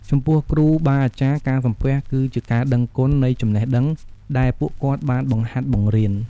ចំពោះគ្រូបាអាចារ្យ ការសំពះគឺជាការដឹងគុណនៃចំណេះដឹងដែលពួកគាត់បានបង្ហាត់បង្រៀន។